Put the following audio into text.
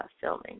filming